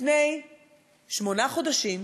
לפני שמונה חודשים,